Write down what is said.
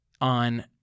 on